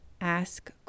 ask